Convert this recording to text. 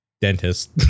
Dentist